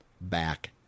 back